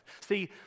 See